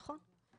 נכון.